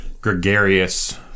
gregarious